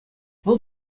вӑл